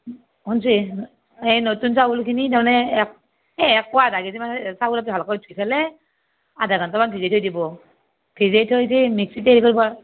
অঁ শুনছে এই নতুন চাউলখিনি তাৰমানে এক হে একপোৱা আধা কেজিমান চাউল অলপ ভাল কৰি ধুই ফেলে আধা ঘণ্টামান ভিজেই থৈ দিব ভিজেই থৈ দি মিক্সিতে হেৰি কৰিব